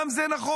גם זה נכון.